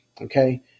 Okay